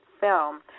film